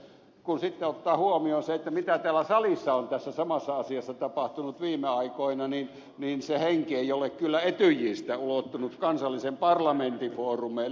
kun sitten ottaa huomioon sen mitä täällä salissa on tässä samassa asiassa tapahtunut viime aikoina niin se henki ei ole kyllä etyjistä ulottunut kansallisen parlamentin foorumeille